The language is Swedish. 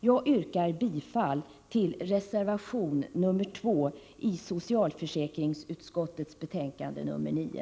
Jag yrkar bifall till reservation 2 i socialförsäkringsutskottets betänkande 9.